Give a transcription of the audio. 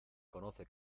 conoce